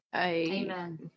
Amen